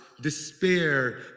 despair